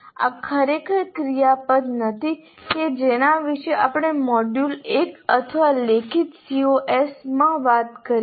આ ખરેખર ક્રિયાપદ નથી કે જેના વિશે આપણે મોડ્યુલ 1 અથવા લેખિત COs માં વાત કરી છે